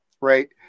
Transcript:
right